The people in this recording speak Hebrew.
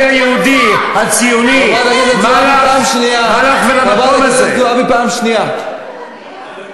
מה אתה עושה, חברת הכנסת זועבי, קריאה ראשונה.